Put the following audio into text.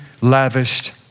lavished